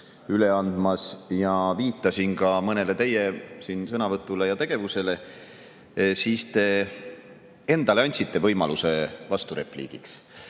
üle andmas ja viitasin ka mõnele teie siinsele sõnavõtule ja tegevusele, siis te endale andsite võimaluse vasturepliigiks.